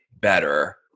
better